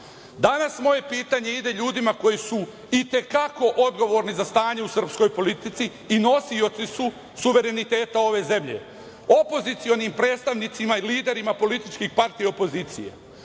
Danas moje pitanje ide ljudima koji su i te kako odgovorni za stanje u srpskoj politici i nosioci su suvereniteta ove zemlje, opozicionim predstavnicima i liderima političkih partija opozicije